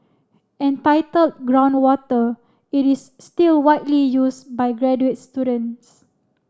entitled Groundwater it is still widely used by graduate students